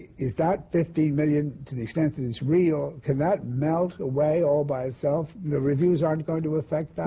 is that fifteen million dollars, to the extent that it's real, can that melt away all by itself? the reviews aren't going to affect that?